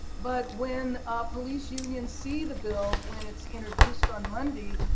but when police unions see the bill, when it's introduced on monday,